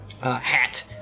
hat